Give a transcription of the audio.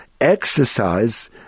exercise